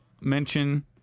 mention